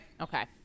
Okay